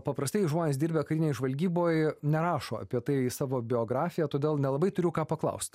paprastai žmonės dirbę karinėj žvalgyboj nerašo apie tai į savo biografiją todėl nelabai turiu ką paklaust